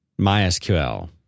MySQL